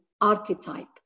archetype